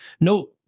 No